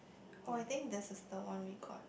or I think the sister one we got